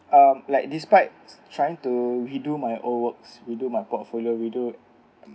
um like despite trying to redo my old works redo my portfolio redo